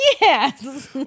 Yes